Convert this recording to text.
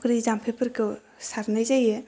फख्रि जाम्फैफोरखौ सारनाय जायो